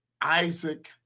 Isaac